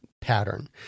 pattern